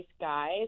guys